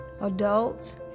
adults